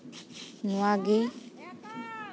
ᱱᱚᱣᱟᱜᱮ